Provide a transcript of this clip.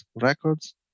records